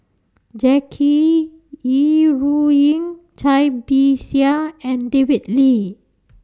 Jackie Yi Ru Ying Cai Bixia and David Lee